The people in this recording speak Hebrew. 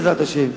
בעזרת השם,